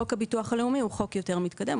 חוק הביטוח הלאומי הוא חוק יותר מתקדם,